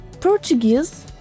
Portuguese